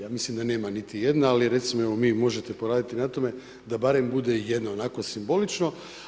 Ja mislim da nema niti jedna, ali recimo vi možete poraditi na tome da barem bude jedna, onako simbolično.